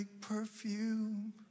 perfume